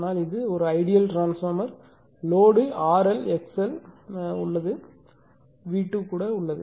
ஆனால் இது இது ஒரு ideal transformer load RL XL உள்ளது V2 கூட உள்ளது